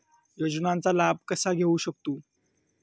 योजनांचा लाभ कसा घेऊ शकतू?